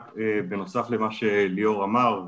רק בנוסף למה שליאור אמר,